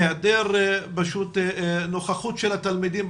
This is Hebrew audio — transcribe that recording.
הרבה פעמים יש דברים שפחות נפגוש אותם,